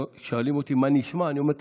כששואלים אותי מה נשמע אני אומר,